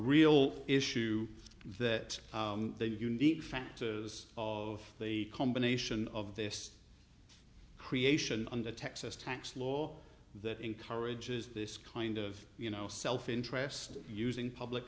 real issue that the unique factor of the combination of this creation under texas tax law that encourages this kind of you know self interest using public